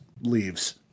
leaves